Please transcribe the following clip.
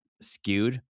skewed